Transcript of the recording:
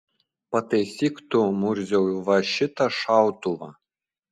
pataisyk tu murziau va šitą šautuvą